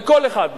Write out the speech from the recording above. כל אחד מהם,